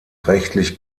rechtlich